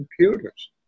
computers